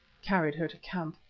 carried her to camp.